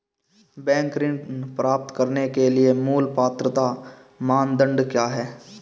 Bank ऋण प्राप्त करने के लिए मूल पात्रता मानदंड क्या हैं?